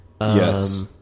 Yes